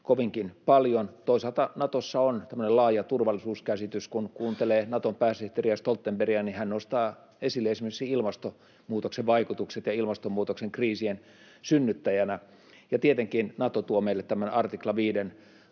kovinkin paljon. Toisaalta Natossa on tämmöinen laaja turvallisuuskäsitys, ja kun kuuntelee Naton pääsihteeri Stoltenbergiä, niin hän nostaa esille esimerkiksi ilmastonmuutoksen vaikutukset ja ilmastonmuutoksen kriisien synnyttäjänä. Ja tietenkin Nato tuo meille tämän 5